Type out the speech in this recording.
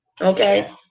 okay